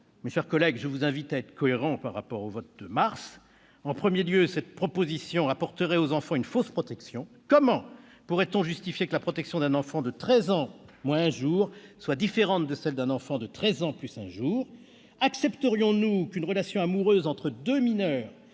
Mes chers collègues, je vous invite à être cohérents par rapport au vote de mars. La mise en oeuvre d'une telle proposition apporterait aux enfants une fausse protection : comment pourrait-on justifier que la protection d'un enfant de « treize ans moins un jour » soit différente de celle d'un enfant de « treize ans plus un jour »